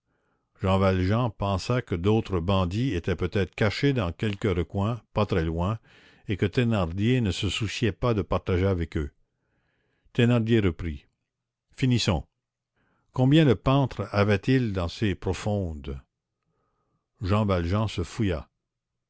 jean valjean pensa que d'autres bandits étaient peut-être cachés dans quelque recoin pas très loin et que thénardier ne se souciait pas de partager avec eux thénardier reprit finissons combien le pantre avait-il dans ses profondes